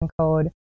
code